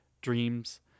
Dreams